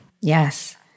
Yes